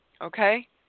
Okay